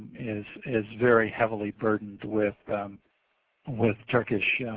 is is very heavily burdened with with turkish